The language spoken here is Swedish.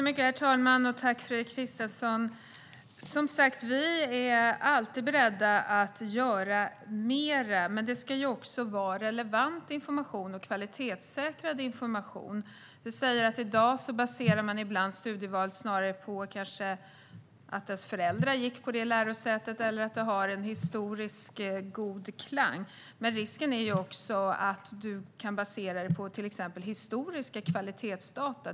Herr talman! Vi är som sagt alltid beredda att göra mer. Men det ska vara relevant och kvalitetssäkrad information. Fredrik Christensson säger att man i dag ibland kanske baserar studieval på att ens föräldrar gått på ett visst lärosäte eller på en historiskt god klang. Men risken är också att man kan basera valet på till exempel historiska kvalitetsdata.